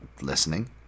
listening